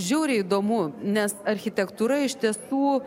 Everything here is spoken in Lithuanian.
žiauriai įdomu nes architektūra iš tiesų